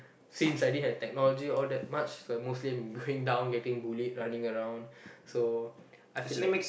since I didn't had technology all that much so mostly I'm going down getting bullied running around so I feel like